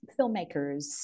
filmmakers